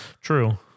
True